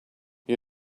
you